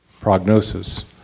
prognosis